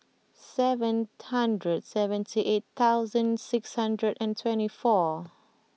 seven hundred seventy eight thousand six hundred and twenty four